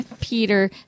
peter